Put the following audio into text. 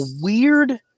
weird